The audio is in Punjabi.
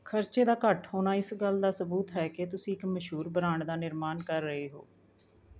ਖਰਚੇ ਦਾ ਘੱਟ ਹੋਣਾ ਇਸ ਗੱਲ ਦਾ ਸਬੂਤ ਹੈ ਕਿ ਤੁਸੀਂ ਇੱਕ ਮਸ਼ਹੂਰ ਬ੍ਰਾਂਡ ਦਾ ਨਿਰਮਾਣ ਕਰ ਰਹੇ ਹੋ